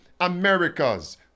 America's